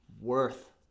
worth